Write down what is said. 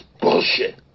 bullshit